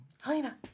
Helena